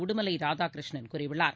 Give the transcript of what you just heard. உடுமலை ராதாகிருஷ்ணன் கூறியுள்ளார்